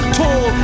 tall